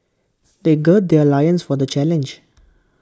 they gird their loins for the challenge